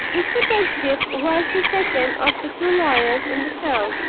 mr. pedgift was the second of the two lawyers in the town.